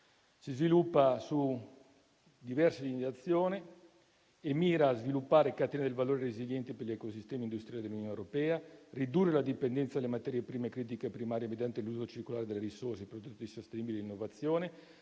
si sviluppa su diverse linee di azione e mira: a sviluppare catene del valore resilienti per gli ecosistemi industriali dell'Unione europea; a ridurre la dipendenza dalle materie prime critiche primarie mediante l'uso circolare delle risorse, i prodotti sostenibili e l'innovazione;